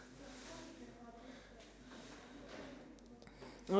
just take the rice water put on your face after you cleanse your face